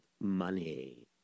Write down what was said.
money